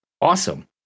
awesome